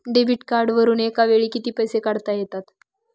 Debit कार्डवरुन एका वेळी किती पैसे काढता येतात?